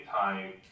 time